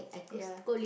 ya